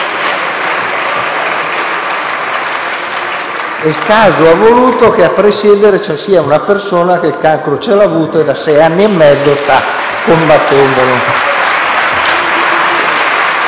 Il caso ha voluto che a presiedere ci sia una persona che il cancro lo ha avuto e da sei anni e mezzo lo sta combattendo.